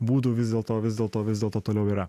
būdų vis dėl to vis dėlto vis dėlto toliau yra